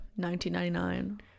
1999